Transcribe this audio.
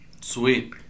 Sweet